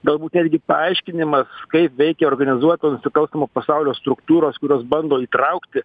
galbūt netgi paaiškinimas kaip veikia organizuoto nusikalstamo pasaulio struktūros kurios bando įtraukti